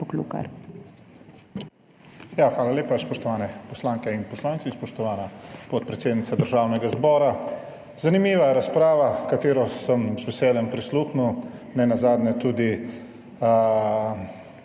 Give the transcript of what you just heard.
hvala lepa spoštovane poslanke in poslanci, spoštovana podpredsednica Državnega zbora. Zanimiva je razprava katero sem z veseljem prisluhnil, nenazadnje tudi